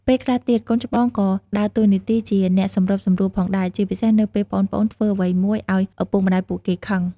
ពេលខ្លះទៀត កូនច្បងក៏ដើរតួនាទីជាអ្នកសម្របសម្រួលផងដែរ ជាពិសេសនៅពេលប្អូនៗធ្វើអ្វីមួយឱ្យឪពុកម្ដាយពួកគេខឹង។